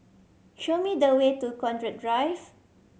show me the way to Connaught Drive